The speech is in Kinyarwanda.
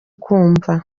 kumva